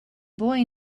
boy